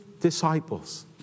disciples